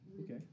okay